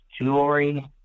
jewelry